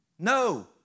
No